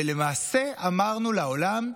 ולמעשה אמרנו לעולם: